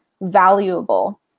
valuable